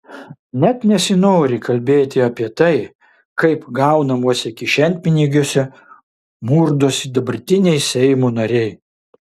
net nesinori kalbėti apie tai kaip gaunamuose kišenpinigiuose murdosi dabartiniai seimo nariai